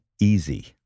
easy